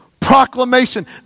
proclamation